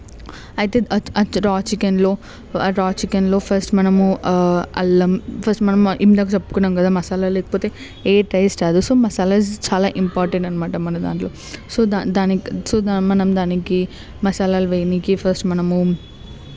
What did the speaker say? అయితే ఆ రా చికెన్లో ఆ రా చికెన్లో ఫస్ట్ మనము అల్లం ఫస్ట్ మనం ఇందాక చెప్పుకున్నాం కదా మసాలా లేకపోతే ఏ టెస్ట్ రాదు సో మసాలాస్ చాలా ఇంపార్టెంట్ అన్నమాట మన దాంట్లో సో దానికి సో మనం దానికి మసాలాలు వేయనికి ఫస్ట్ మనము